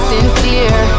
Sincere